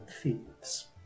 thieves